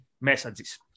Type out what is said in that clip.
messages